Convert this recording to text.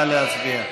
נא להצביע.